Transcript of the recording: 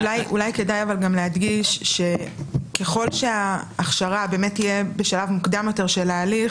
אולי כדאי להדגיש שככל שההכשרה תהיה בשלב מוקדם יותר של ההליך